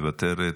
מוותרת,